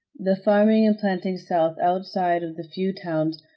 the farming and planting south, outside of the few towns,